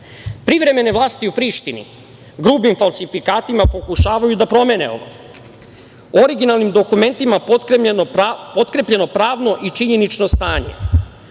vlasti u Prištini grubim falsifikatima pokušavaju da promene ovo, originalnim dokumentima potkrepljeno, pravno i činjenično stanje.